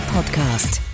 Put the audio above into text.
Podcast